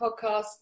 podcast